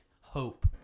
hope